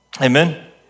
Amen